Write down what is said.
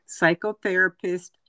psychotherapist